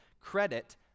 credit